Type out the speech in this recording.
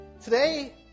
Today